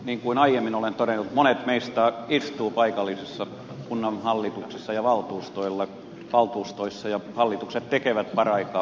niin kuin aiemmin olen todennut monet meistä istuvat paikallisissa kunnanhallituksissa ja valtuustoissa ja hallitukset tekevät paraikaa budjettiesityksiä